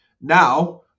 Now